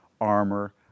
armor